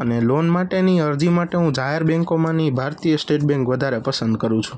અને લોન માટેની અરજી માટે હું જાહેર બૅન્કોમાંની ભારતીય સ્ટેટ બૅન્ક વધારે પસંદ કરું છું